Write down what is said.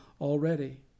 already